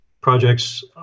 projects